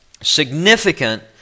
significant